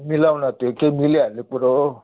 मिलाउन त्यो के मिलिहाल्ने कुरो हो